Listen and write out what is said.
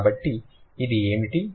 కాబట్టి ఇది ఏమిటి